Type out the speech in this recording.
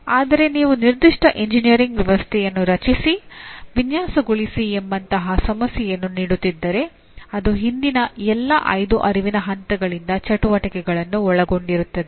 ಆದರೆ ನೀವು ನಿರ್ದಿಷ್ಟ ಎಂಜಿನಿಯರಿಂಗ್ ವ್ಯವಸ್ಥೆಯನ್ನು ರಚಿಸಿ ವಿನ್ಯಾಸಗೊಳಿಸಿ ಎಂಬಂತಹ ಸಮಸ್ಯೆಯನ್ನು ನೀಡುತ್ತಿದ್ದರೆ ಅದು ಹಿಂದಿನ ಎಲ್ಲಾ ಐದು ಅರಿವಿನ ಹಂತಗಳಿಂದ ಚಟುವಟಿಕೆಗಳನ್ನು ಒಳಗೊಂಡಿರುತ್ತದೆ